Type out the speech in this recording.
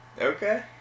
Okay